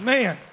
Man